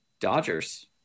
Dodgers